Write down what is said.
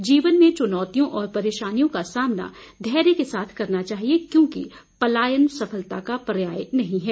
जीवन में चुनौतियों और परेशानियों का सामना धैर्य के साथ करना चाहिए क्योंकि पलायन सफलता का पर्याय नहीं है